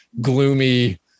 gloomy